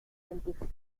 científicas